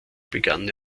begann